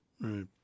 Right